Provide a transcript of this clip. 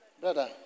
Brother